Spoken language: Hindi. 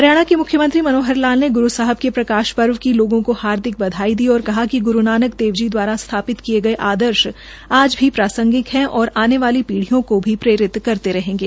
हरियाणा के मुख्यमंत्री मनोहर लाल ने ग्रू साहब के प्रकाश पर्व की लोगों को हार्दिक बधाई दी है और कहा कि ग्रू नानक देव जी द्वारा स्थापित किये गये आदर्श आज भी प्रासंगिक है और आने वाली पीप्रियों को भी प्रेरित करते रहेंगे